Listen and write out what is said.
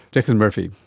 declan murphy,